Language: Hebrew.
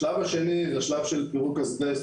השלב השני זה השלב של פירוק אסבסט